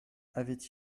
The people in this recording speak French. avait